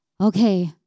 okay